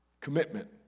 Commitment